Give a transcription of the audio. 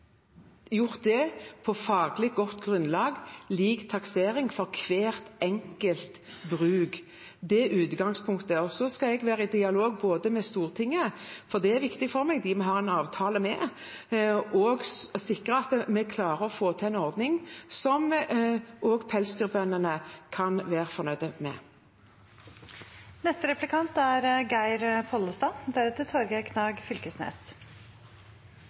gjort det på faglig godt grunnlag – lik taksering for hvert enkelt bruk. Det er utgangspunktet. Jeg skal være i dialog med Stortinget – for det er viktig for meg, det er dem vi har en avtale med – og sikre at vi klarer å få til en ordning som også pelsdyrbøndene kan være fornøyd